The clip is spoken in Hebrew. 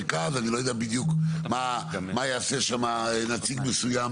למרות שאני חושב שעם סטטיסטיקה אפשר לשחק לכל הכיוונים.